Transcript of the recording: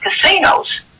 casinos